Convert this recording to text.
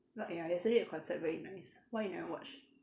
but ya yesterday the concert very nice why you never watch